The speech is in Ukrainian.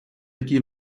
який